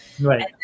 right